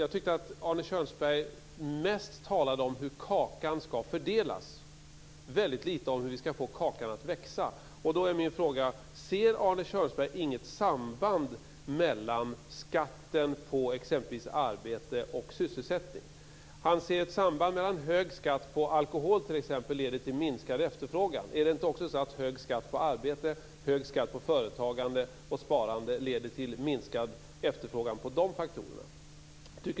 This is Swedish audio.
Jag tyckte att Arne Kjörnsberg mest talade om hur kakan skall fördelas, väldigt lite om hur vi skall få kakan att växa. Då är min fråga: Ser Arne Kjörnsberg inget samband mellan skatten på exempelvis arbete och sysselsättningen? Han ser ett samband mellan hög skatt på alkohol och att efterfrågan minskar. Är det inte också så att hög skatt på arbete, företagande och sparande leder till minskad efterfrågan på dessa?